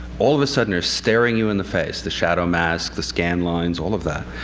all of a sudden, are staring you in the face the shadow mask, the scan lines, all of that.